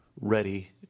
ready